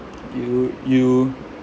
you you